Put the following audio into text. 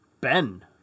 Ben